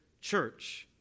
church